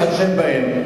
להתחשב בהם.